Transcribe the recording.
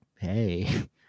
Hey